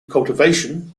cultivation